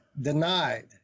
denied